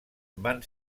van